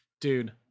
Dude